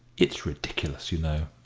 it's ridiculous, you know!